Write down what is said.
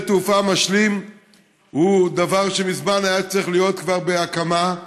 שדה תעופה משלים הוא דבר שמזמן היה צריך להיות כבר בהקמה,